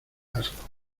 asco